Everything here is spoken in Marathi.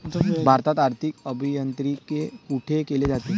भारतात आर्थिक अभियांत्रिकी कोठे केले जाते?